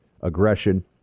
aggression